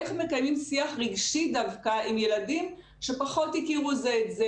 איך מקיימים שיח רגשי דווקא עם ילדים שפחות הכירו זה את זה.